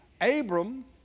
Abram